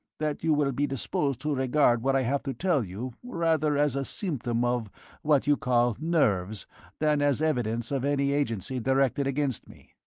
that you will be disposed to regard what i have to tell you rather as a symptom of what you call nerves than as evidence of any agency directed against me.